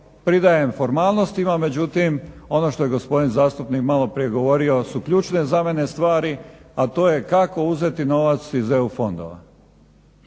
pridajem formalnostima, međutim ono što je gospodin zastupnik govorio su ključne za mene stvari, a to je kako uzeti novac iz EU fondova.